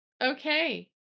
Okay